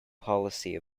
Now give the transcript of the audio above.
policy